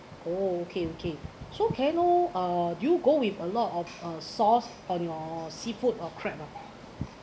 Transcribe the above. oh okay okay so can I know uh do you go with a lot of uh sauce on your seafood or crab lah